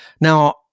Now